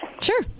Sure